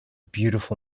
beautiful